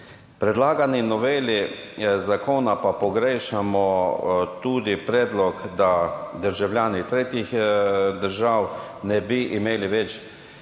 predlagani noveli zakona pa pogrešamo tudi predlog, da državljani tretjih držav ne bi imeli več